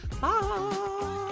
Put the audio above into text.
bye